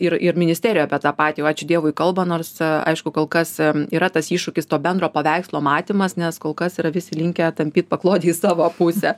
ir ir ministerija apie tą patį va ačiū dievui kalba nors aišku kol kas yra tas iššūkis to bendro paveikslo matymas nes kol kas yra visi linkę tampyt paklodę į savo pusę